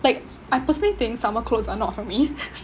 like I personally think summer clothes are not for me